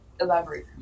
Elaborate